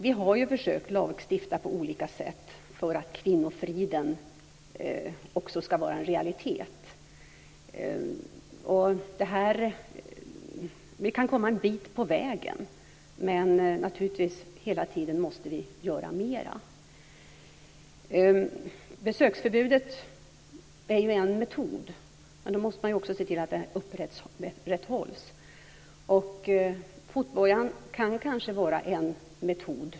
Vi har ju försökt att lagstifta på olika sätt för att kvinnofriden också ska vara en realitet. Vi kan komma en bit på vägen, men vi måste naturligtvis göra mer hela tiden. Besöksförbudet är en metod, men då måste man också se till att det upprätthålls. Fotbojan kan kanske vara en metod.